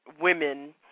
women